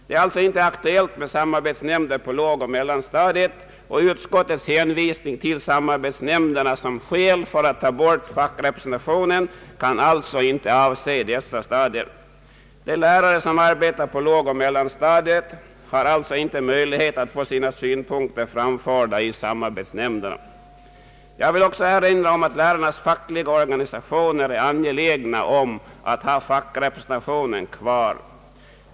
Det är alltså inte aktuellt med samarbetsnämnder på lågoch mellanstadiet, och utskottets hänvisning till samarbetsnämnderna såsom skäl för att ta bort fackrepresentationen kan alltså inte avse dessa stadier. De lärare som arbetar på lågoch mellanstadiet har således inte möjlighet att få sina synpunkter framförda i samarbetsnämnderna. Jag vill också erinra om att lärarnas fackliga organisationer är angelägna att ha fackrepresentationen kvar.